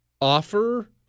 offer